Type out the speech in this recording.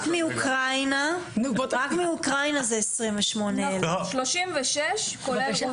רק מאוקראינה זה 28,000. 36 אלף.